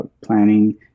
planning